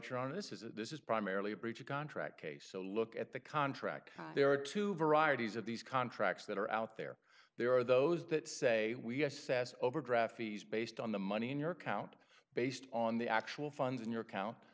honor this is a this is primarily a breach of contract case so look at the contract there are two varieties of these contracts that are out there there are those that say we assess overdraft fees based on the money in your account based on the actual funds in your account